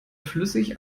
flüssig